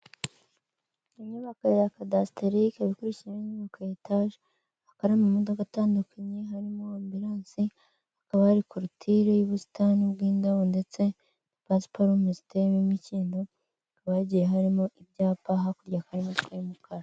Inyubako ya kadasiteri ikubisemo inyubako etaje hakaba hari amamodoka atandukanye harimo ambiransi hakaba hari korutire y'ubusitani bw'indabo ndetse na pasiparumu ziteyemo imikindo, hakaba hagiye harimo ibyapa hakurya hakaba hari imodoka y'umukara.